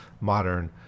modern